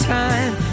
time